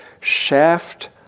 shaft